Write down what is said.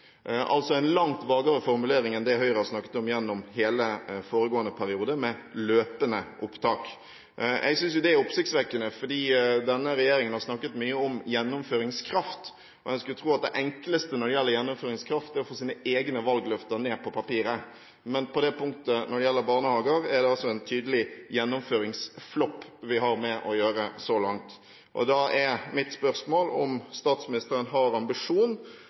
altså en langt vagere formulering enn det Høyre har snakket om gjennom hele foregående periode, med løpende opptak. Jeg synes det er oppsiktsvekkende, fordi denne regjeringen har snakket mye om gjennomføringskraft, og en skulle tro at det enkleste når det gjelder gjennomføringskraft, er å få sine egne valgløfter ned på papiret. Men på punktet som gjelder barnehager, er det altså en tydelig gjennomføringsflopp vi har med å gjøre så langt. Da er mitt spørsmål om statsministeren har ambisjon